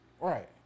Right